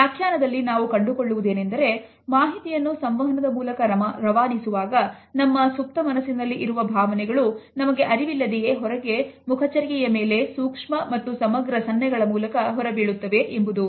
ಈ ವ್ಯಾಖ್ಯಾನದಲ್ಲಿ ನಾವು ಕಂಡುಕೊಳ್ಳುವುದು ಏನೆಂದರೆ ಮಾಹಿತಿಯನ್ನು ಸಂವಹನದ ಮೂಲಕ ರವಾನಿಸುವಾಗ ನಮ್ಮ ಸುಪ್ತ ಮನಸ್ಸಿನಲ್ಲಿ ಇರುವ ಭಾವನೆಗಳು ನಮಗೆ ಅರಿವಿಲ್ಲದೆಯೇ ಹೊರಗೆ ಮುಖ ಚರ್ಚೆಯ ಮೇಲೆ ಸೂಕ್ಷ್ಮ ಮತ್ತು ಸಮಗ್ರ ಸನ್ನೆಗಳ ಮೂಲಕ ಹೊರಬೀಳುತ್ತವೆ ಎಂಬುದು